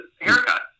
haircut